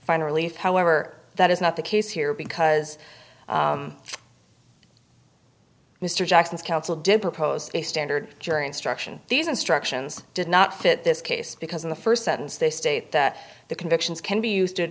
find relief however that is not the case here because mr jackson's counsel did propose a standard jury instruction these instructions did not fit this case because in the first sentence they state that the convictions can be used